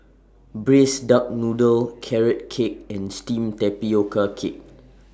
Braised Duck Noodle Carrot Cake and Steamed Tapioca Cake